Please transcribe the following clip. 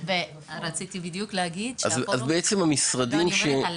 רציתי בדיוק להגיד ואולי אפרת תרחיב,